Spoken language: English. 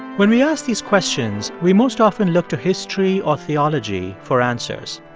when we ask these questions, we most often look to history or theology for answers.